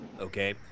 okay